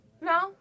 No